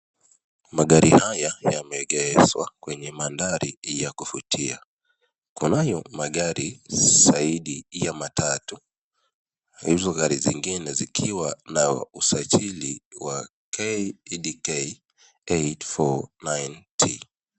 Magari haya yameegezwa kwenye mandhari ya kuvutia. Kunayo magari zaidi ya matatu. Hizo gari zingine zikiwa na usajli wa KDK 849T.